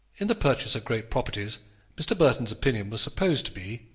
in the purchase of great properties mr. burton's opinion was supposed to be,